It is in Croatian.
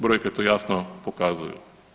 Brojke to jasno pokazuju.